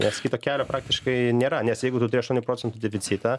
nes kito kelio praktiškai nėra nes jeigu tu turi aštuonių procentų deficitą